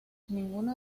ninguno